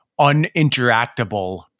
uninteractable